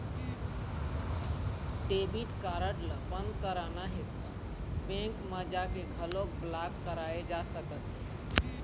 debit card ल बंद कराना हे त बेंक म जाके घलोक ब्लॉक कराए जा सकत हे